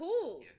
cool